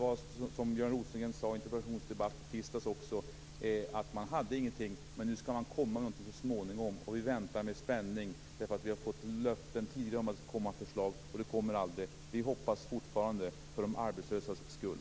Björn Rosengren sade i en interpellationsdebatt i tisdags att man hade ingenting. Men nu skall man så småningom komma med någonting, och vi väntar med spänning. Vi har ju tidigare fått löften om att det skall komma förslag - förslag som dock aldrig kommit. Men vi hoppas fortfarande, för de arbetslösas skull.